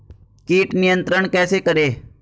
कीट नियंत्रण कैसे करें?